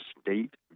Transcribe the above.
state